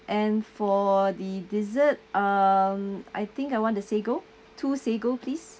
and for the dessert um I think I want the sago two sago please